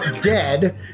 dead